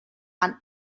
and